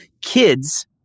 Kids